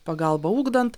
pagalbą ugdant